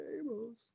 tables